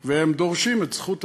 והם דורשים את זכות השיבה".